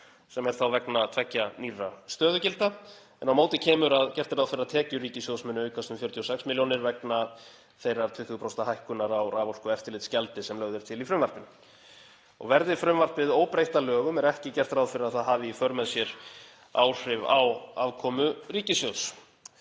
sem er vegna tveggja nýrra stöðugilda. Á móti kemur að gert er ráð fyrir að tekjur ríkissjóðs muni aukast um 46 millj. kr. vegna þeirrar 20% hækkunar á raforkueftirlitsgjaldi sem lögð er til í frumvarpinu. Verði frumvarpið óbreytt að lögum er ekki gert ráð fyrir að það muni hafa í för með sér áhrif á afkomu ríkissjóðs.